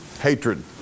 hatred